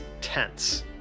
Tense